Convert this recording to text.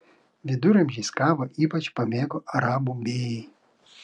viduramžiais kavą ypač pamėgo arabų bėjai